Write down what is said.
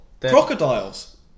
crocodiles